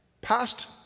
Past